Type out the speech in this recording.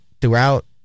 throughout